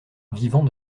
vivant